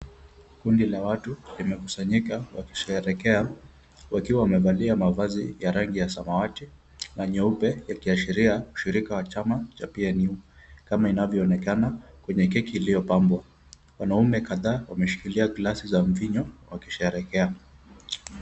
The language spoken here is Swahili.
Kundi la watu limekufanyika wakisherekea wakiwa wamevalia mavazi ya rangi ya samawati na nyeupe ikiashiria ushirika wa chama cha PNU kama inavyoonekana kwenye keki iliyopambwa. Wanaume kadhaa wameshikilia glasi za mvinyo wakisherekea.